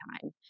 time